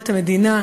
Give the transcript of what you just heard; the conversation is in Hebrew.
לביקורת המדינה,